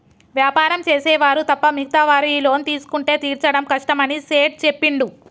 వ్యాపారం చేసే వారు తప్ప మిగతా వారు ఈ లోన్ తీసుకుంటే తీర్చడం కష్టమని సేట్ చెప్పిండు